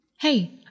Hey